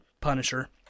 Punisher